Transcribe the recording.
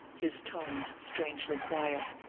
his tones strangely quiet.